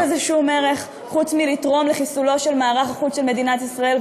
אין בזה שום ערך חוץ מלתרום לחיסולו של מערך החוץ של מדינת ישראל,